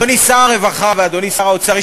אדוני שר הרווחה ואדוני שר האוצר,